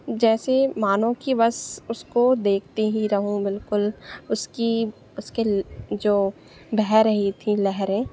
जैसे मानो कि बस उसको देखते ही रहूँ बिल्कुल उसकी उसके जो बह रही थी लहरें